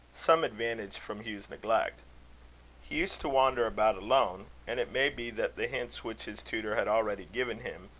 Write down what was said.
some advantage from hugh's neglect. he used to wander about alone and it may be that the hints which his tutor had already given him,